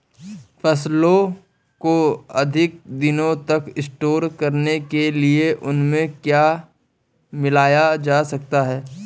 फसलों को अधिक दिनों तक स्टोर करने के लिए उनमें क्या मिलाया जा सकता है?